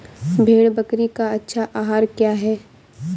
भेड़ बकरी का अच्छा आहार क्या है?